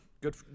good